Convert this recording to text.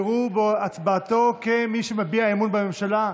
יראו בהצבעתו כמי שמביע אמון בממשלה,